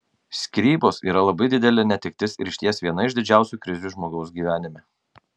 skyrybos yra labai didelė netektis ir išties viena iš didžiausių krizių žmogaus gyvenime